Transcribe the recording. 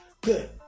good